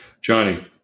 Johnny